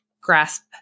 grasp